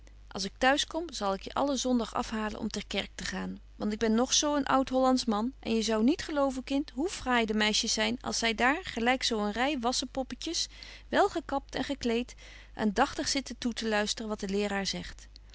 als ik t'huis kom zal ik je alle zondag afhalen om ter kerk te gaan want ik ben nog zo een oud hollands man en je zou niet geloven kind hoe fraai de meisjes zyn als zy daar gelyk zo een rei wassepoppetjes wel gekapt en gekleed aandagtig zitten toe te luisteren wat de leeraar zegt